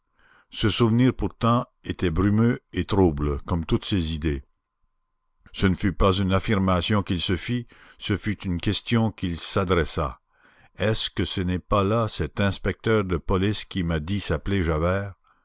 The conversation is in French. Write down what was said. ce souvenir pourtant était brumeux et trouble comme toutes ses idées ce ne fut pas une affirmation qu'il se fit ce fut une question qu'il s'adressa est-ce que ce n'est pas là cet inspecteur de police qui m'a dit s'appeler javert